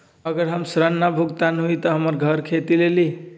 अगर हमर ऋण न भुगतान हुई त हमर घर खेती लेली?